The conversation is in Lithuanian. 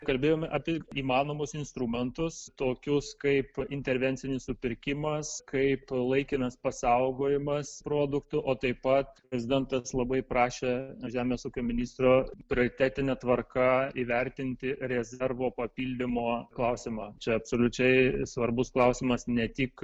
kalbėjome apie įmanomus instrumentus tokius kaip intervencinis supirkimas kaip laikinas pasaugojimas produktų o taip pat prezidentas labai prašė žemės ūkio ministro prioritetine tvarka įvertinti rezervo papildymo klausimą čia absoliučiai svarbus klausimas ne tik